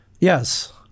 Yes